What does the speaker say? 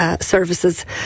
services